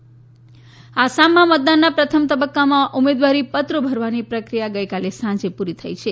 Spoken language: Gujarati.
આસામ નામાંકન આસામમાં મતદાનના પ્રથમ તબક્કામાં ઉમેદવારી પત્રો ભરવાની પ્રક્રિયા ગઇકાલે સાંજે પૂરી થઈ છે